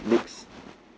links